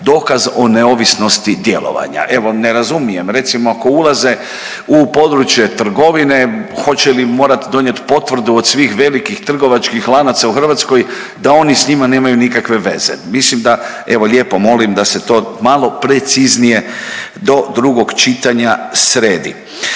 dokaz o neovisnosti djelovanja. Evo ne razumijem, recimo ako ulaze u područje trgovine hoće li morat donijet potvrdu od svih velikih trgovačkih lanaca u Hrvatskoj da oni s njima nemaju nikakve veze? Mislim da, evo lijepo molim da se to malo preciznije do drugog čitanja sredi.